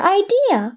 idea